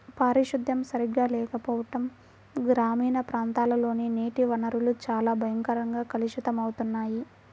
పారిశుద్ధ్యం సరిగా లేకపోవడం గ్రామీణ ప్రాంతాల్లోని నీటి వనరులు చాలా భయంకరంగా కలుషితమవుతున్నాయి